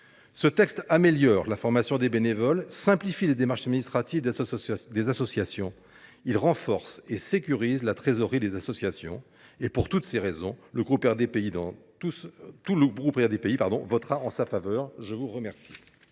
ce texte améliore l’information des bénévoles et simplifie les démarches administratives des associations. Il renforce et sécurise la trésorerie des associations. Pour toutes ces raisons, le groupe RDPI le votera unanimement. La parole